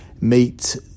meet